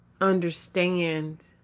understand